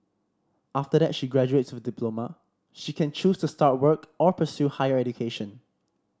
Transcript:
after that she graduates with a diploma she can choose to start work or pursue higher education